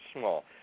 small